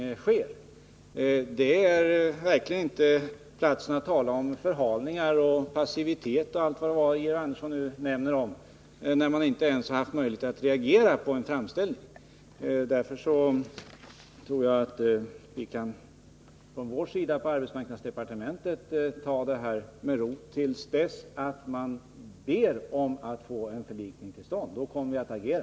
Här är det verkligen inte på sin plats att tala om förhalningar, passivitet och allt vad det var Georg Andersson talade om. Man har ju inte ens haft möjlighet att reagera på en framställning. Jag tror därför att vi inom arbetsmarknadsdepartementet kan ta detta med ro till dess man ber att få en förlikning till stånd. Då kommer vi att agera.